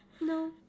no